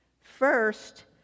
First